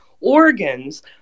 Organs